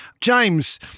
James